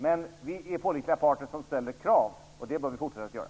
Men vi är pålitliga partner som ställer krav, vilket vi bör fortsätta att göra.